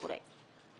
תמשיכי.